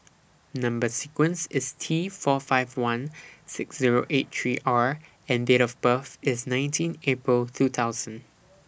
Number sequence IS T four five one six Zero eight three R and Date of birth IS nineteen April two thousand